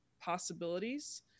possibilities